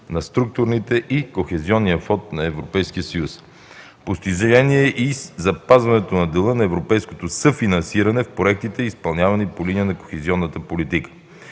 на структурните и Кохезионния фонд на Европейския съюз. Постижение е и запазването на дела на европейското съфинансиране в проектите, изпълнявани по линия на кохезионната политика.